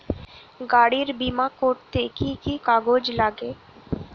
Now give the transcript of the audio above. গাড়ীর বিমা করতে কি কি কাগজ লাগে?